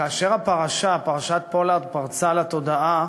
כאשר פרשת פולארד פרצה לתודעה,